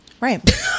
Right